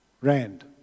rand